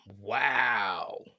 Wow